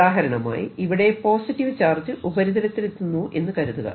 ഉദാഹരണമായി ഇവിടെ positive charge ഉപരിതലത്തിലെത്തുന്നു എന്ന് കരുതുക